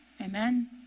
Amen